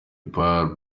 part